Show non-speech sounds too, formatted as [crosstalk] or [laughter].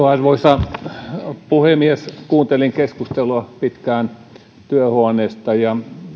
[unintelligible] arvoisa puhemies kuuntelin keskustelua pitkään työhuoneestani ja